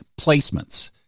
placements